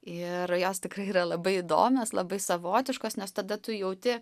ir jos tikrai yra labai įdomios labai savotiškos nes tada tu jauti